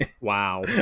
Wow